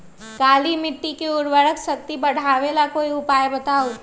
काली मिट्टी में उर्वरक शक्ति बढ़ावे ला कोई उपाय बताउ?